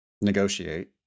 Negotiate